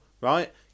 right